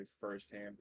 firsthand